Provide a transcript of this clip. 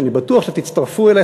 שאני בטוח שתצטרפו אלי,